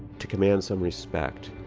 to command some respect,